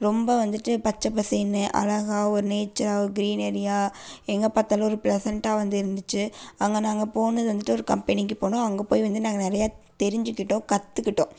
ரொம்ப வந்துட்டு பச்சைப்பசேல்னு அழகாக ஒரு நேச்சரா ஒரு கிரீனரியா எங்கே பார்த்தாலும் ஒரு பிளசண்ட்டா வந்து இருந்துச்சு அங்கே நாங்கள் போனது வந்துட்டு ஒரு கம்பெனிக்கு போனோம் அங்கே போய் வந்து நாங்கள் நிறையா தெரிஞ்சுக்கிட்டோம் கற்றுக்கிட்டோம்